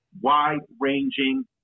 wide-ranging